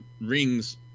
rings